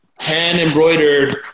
hand-embroidered